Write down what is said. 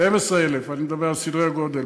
12,000. אני מדבר על סדרי גודל.